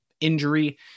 injury